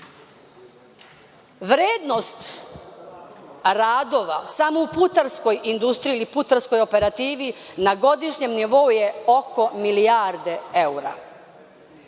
opstati. Vrednost radova samo u putarskoj industriji ili putarskoj operativi na godišnjem nivou je oko milijardu eura.